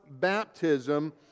baptism